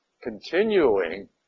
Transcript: continuing